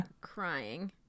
crying